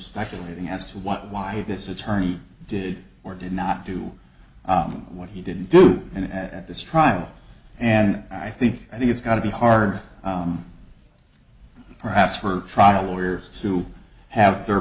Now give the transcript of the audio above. speculating as to what why this attorney did or did not do what he didn't do and at this trial and i think i think it's going to be hard perhaps for trial lawyers to have their